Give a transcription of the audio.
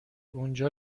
اونجا